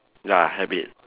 ya habit